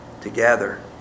together